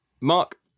Mark